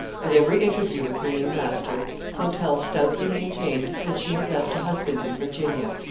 at every interview with her new master clotel stoutly maintained that she had left a husband in virginia,